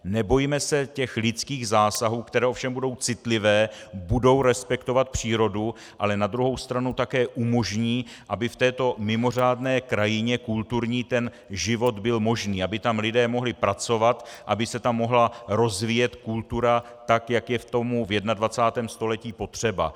Nebojme se lidských zásahů, které ovšem budou citlivé, budou respektovat přírodu, ale na druhou stranu také umožní, aby v této mimořádné krajině kulturní ten život byl možný, aby tam lidé mohli pracovat, aby se tam mohla rozvíjet kultura, tak jak je tomu v 21. století potřeba.